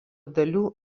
dalių